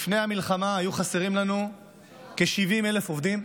לפני המלחמה היו חסרים לנו כ-70,000 עובדים,